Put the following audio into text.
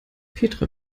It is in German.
petra